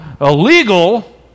illegal